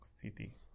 city